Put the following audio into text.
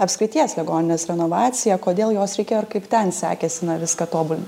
apskrities ligoninės renovaciją kodėl jos reikėjo ir kaip ten sekėsi na viską tobulint